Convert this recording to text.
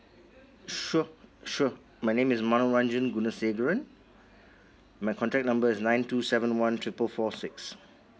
sure sure my name is my contact number is nine two seven one triple four six